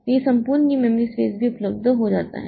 तो यह संपूर्ण यह मेमोरी स्पेस भी उपलब्ध हो जाता है